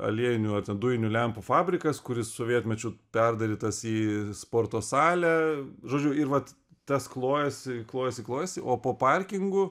aliejinių ar ten dujinių lempų fabrikas kuris sovietmečiu perdarytas į sporto salę žodžiu ir vat tas klojosi klojosi klojosi o po parkingu